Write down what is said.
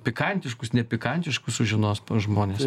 pikantiškus nepikantiškus sužinos pas žmonės